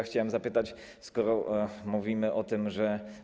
Chciałem zapytać, skoro mówimy o tym, że.